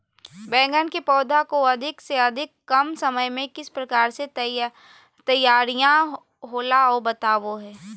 बैगन के पौधा को अधिक से अधिक कम समय में किस प्रकार से तैयारियां होला औ बताबो है?